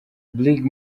brig